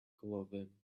clothing